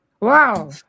Wow